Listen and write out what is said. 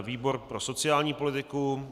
Výbor pro sociální politiku.